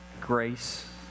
grace